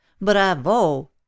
Bravo